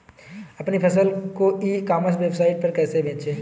अपनी फसल को ई कॉमर्स वेबसाइट पर कैसे बेचें?